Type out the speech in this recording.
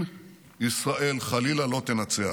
אם ישראל חלילה לא תנצח,